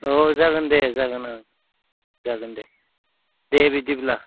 अ जागोन दे जागोन जागोन दे दे बिदिब्ला